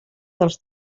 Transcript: dels